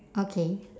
okay